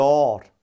Lord